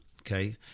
okay